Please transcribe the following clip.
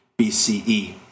BCE